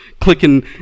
clicking